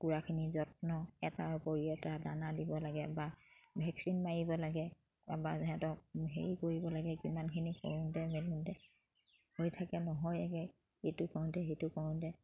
কুকুৰাখিনিৰ যত্ন এটাৰ উপৰি এটা দানা দিব লাগে বা ভেকচিন মাৰিব লাগে বা যিহেতু হেৰি কৰিব লাগে কিমানখিনি কৰোঁতে মেলোঁতে হৈ থাকে নহয়গে সেইটো কৰোঁতে সেইটো কৰোঁতে